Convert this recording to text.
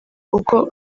kuko